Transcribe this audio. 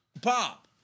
Bob